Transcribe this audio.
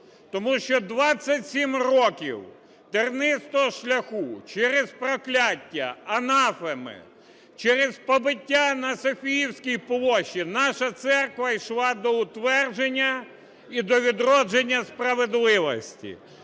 Тому що 27 років тернистого шляху через прокляття, анафеми, через побиття на Софіївській площі наша церква йшла до утвердження і до відродження справедливості.